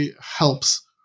helps